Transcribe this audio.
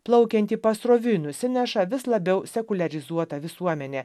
plaukiantį pasroviui nusineša vis labiau sekuliarizuota visuomenė